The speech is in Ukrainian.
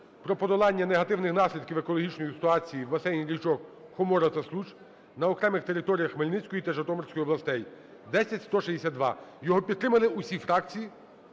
про подолання негативних наслідків екологічної ситуації в басейні річок Хомора та Случ на окремих територіях Хмельницької та Житомирської областей (10162). Його підтримали всі фракції,